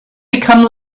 become